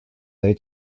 day